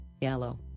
Yellow